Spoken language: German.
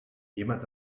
jemand